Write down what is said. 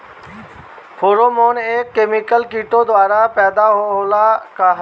Pheromone एक chemical किटो द्वारा पैदा होला का?